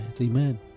Amen